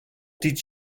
did